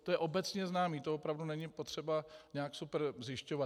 To je obecně známé, to opravdu není potřeba nějak super zjišťovat.